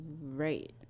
right